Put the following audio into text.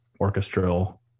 orchestral